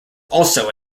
also